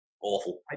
Awful